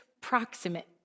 proximate